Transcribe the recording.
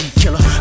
killer